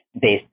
based